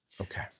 Okay